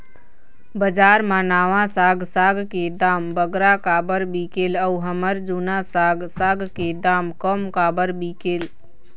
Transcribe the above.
बजार मा नावा साग साग के दाम बगरा काबर बिकेल अऊ हमर जूना साग साग के दाम कम काबर बिकेल?